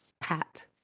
hat